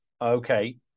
Okay